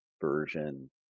version